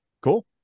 Cool